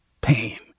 pain